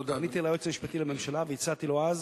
פניתי ליועץ המשפטי לממשלה והצעתי לו אז